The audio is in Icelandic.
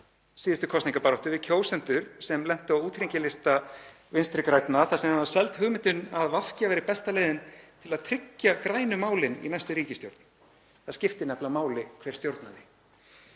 síðustu kosningabaráttu við kjósendur sem lentu á úthringilista Vinstri grænna þar sem þeim var seld hugmyndin að VG væri besta leiðin til að tryggja grænu málin í næstu ríkisstjórn. Það skipti nefnilega máli hver stjórnaði.